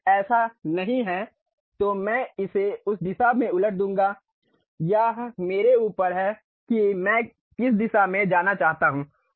अगर ऐसा नहीं है तो मैं इसे उस दिशा में उलट दूंगा यह मेरे ऊपर है कि मैं किस दिशा में जाना चाहता हूं